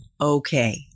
Okay